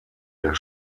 der